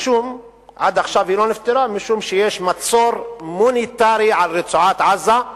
משום שיש מצור מוניטרי על רצועת-עזה,